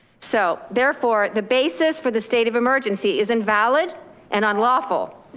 so therefore the basis for the state of emergency is invalid and unlawful.